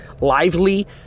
Lively